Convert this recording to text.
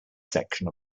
section